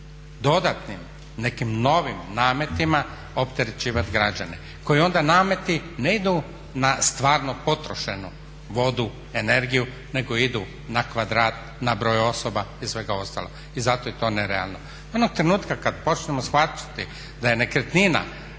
dodatnim nekim novim nametima opterećivati građane koji onda nameti ne idu na stvarno potrošenu vodu, energiju nego idu na kvadrat, na broj osoba i svega ostalog. I zato je to nerealno. Onog trenutka kad počnemo shvaćati da je nekretnina